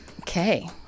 Okay